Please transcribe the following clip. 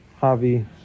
javi